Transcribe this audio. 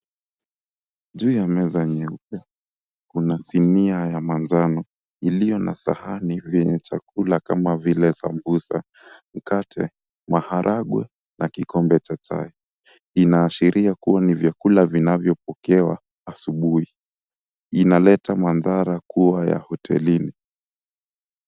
Juu ya meza nyeupe kuna sinia ya manjano iliyo na sahani vyenye chakula kama vile; sambusa, mkate, maharagwe na kikombe cha chai. Inaashiria kuwa ni vyakula vinavyopokewa asubuhi. Inaleta mandhara kuwa ya hotelini.